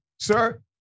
sir